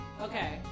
Okay